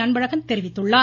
அன்பழகன் தெரிவித்துள்ளார்